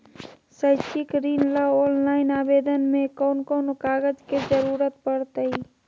शैक्षिक ऋण ला ऑनलाइन आवेदन में कौन कौन कागज के ज़रूरत पड़तई?